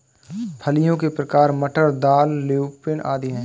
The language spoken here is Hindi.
फलियों के प्रकार मटर, दाल, ल्यूपिन आदि हैं